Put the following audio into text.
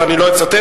ואני לא אצטט,